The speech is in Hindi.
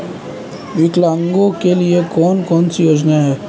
विकलांगों के लिए कौन कौनसी योजना है?